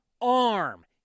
arm